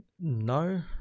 No